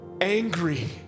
angry